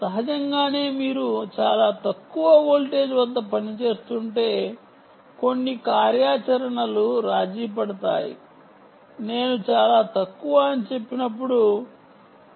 సహజంగానే మీరు చాలా తక్కువ వోల్టేజ్ల వద్ద పనిచేస్తుంటే కొన్ని కార్యాచరణలు రాజీపడతాయి నేను చాలా తక్కువ అని చెప్పినప్పుడు 1